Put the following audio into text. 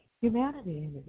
humanity